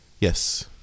Yes